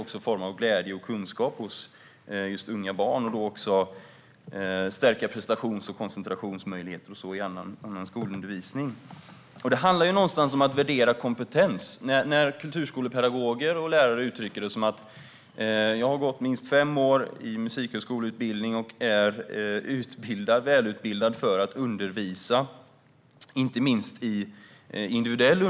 Det handlar också om glädje och kunskap hos just unga och barn och om att stärka prestations och koncentrationsmöjligheter och så vidare i annan skolundervisning. Det handlar någonstans om att värdera kompetens. Kulturskolepedagoger och lärare uttrycker att de har en minst femårig musikhögskoleutbildning. De är väl utbildade för att undervisa inte minst individuellt.